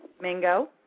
Mingo